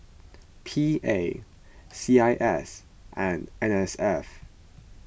P A C I S and N S F